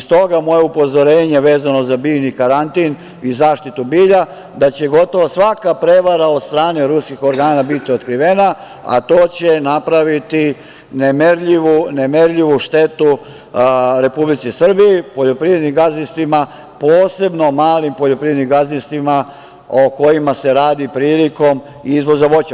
Stoga, moje upozorenje vezano za biljni karantin i zaštitu bilja da će gotovo svaka prevara od strane ruskih organa biti otkrivena, a to će napraviti nemerljivu štetu Republici Srbiji, poljoprivrednim gazdinstvima, posebno malim poljoprivrednim gazdinstvima o kojima se radi prilikom izvoza voća.